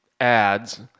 ads